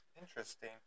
interesting